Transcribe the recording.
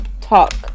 talk